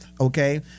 okay